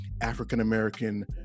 African-American